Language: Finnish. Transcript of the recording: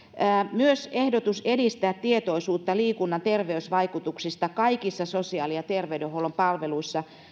myös ehdotus edistää tietoisuutta liikunnan terveysvaikutuksista kaikissa sosiaali ja terveydenhuollon palveluissa